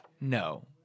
No